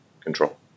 control